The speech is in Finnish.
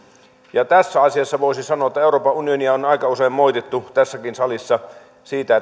tässä asiassa voisi sanoa että euroopan unionia on aika usein moitittu tässäkin salissa siitä